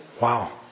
Wow